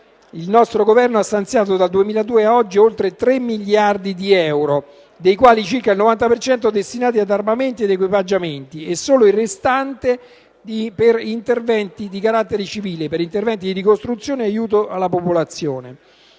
il nostro Governo ha stanziato, dal 2002 a oggi, oltre 3 miliardi di euro, dei quali circa il 90 per cento destinati per armamenti ed equipaggiamento, e solo il restante per interventi di carattere civile, per interventi di ricostruzione e aiuto alla popolazione.